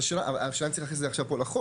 השאלה אם צריך להכניס את זה עכשיו לחוק.